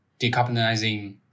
decarbonizing